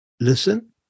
listen